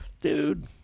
dude